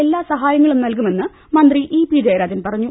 എല്ലാ സഹായങ്ങളും നൽകുമെന്ന് മന്ത്രി ഇ പി ജയരാജൻ പറഞ്ഞു